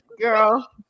girl